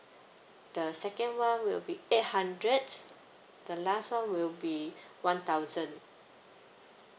the second one will be eight hundred the last one will be one thousand